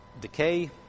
decay